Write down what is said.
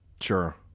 Sure